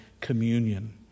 communion